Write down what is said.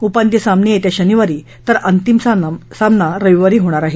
उपान्त्य सामने येत्या शनिवारी तर अंतिम सामना रविवारी होणार आहे